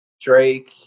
Drake